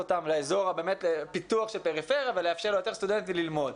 אותם לאזור הפיתוח של הפריפריות ולאפשר ליותר סטודנטים ללמוד?